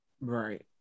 Right